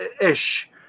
ish